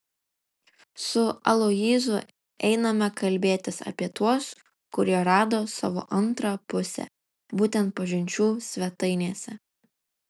su aloyzu einame kalbėtis apie tuos kurie rado savo antrą pusę būtent pažinčių svetainėse